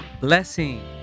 blessing